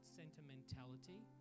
sentimentality